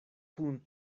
kun